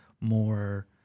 more